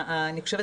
אני חושבת,